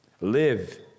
Live